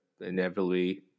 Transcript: inevitably